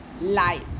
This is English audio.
life